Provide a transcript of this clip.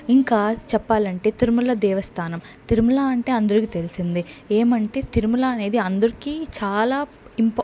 ఇంకా చెప్పాలంటే తిరుమల దేవస్థానం తిరుమల అంటే అందరకు తెలిసిందే ఏమంటే తిరుమల అనేది అందరికీ చాలా ఇంపార్